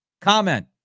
Comment